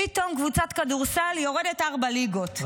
פתאום קבוצת כדורסל יורדת ארבע ליגות.